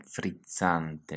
frizzante